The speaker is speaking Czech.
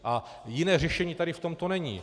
A jiné řešení tady v tomto není.